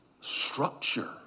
structure